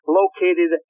located